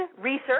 research